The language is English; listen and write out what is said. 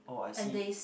oh I see